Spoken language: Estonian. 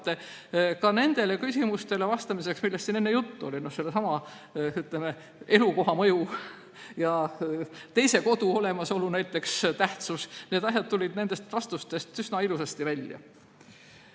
ka nendele küsimustele vastamiseks, millest siin enne juttu oli. Seesama elukoha mõju ja teise kodu olemasolu tähtsus – need asjad tulid nendest vastustest üsna ilusasti välja.